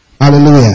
Hallelujah